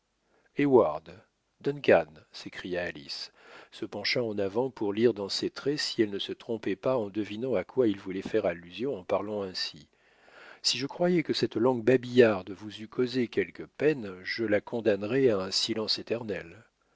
s'écria alice se penchant en avant pour lire dans ses traits si elle ne se trompait pas en devinant à quoi il voulait faire allusion en parlant ainsi si je croyais que cette langue babillarde vous eût causé quelque peine je la condamnerais à un silence éternel